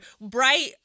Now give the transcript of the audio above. bright